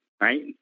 right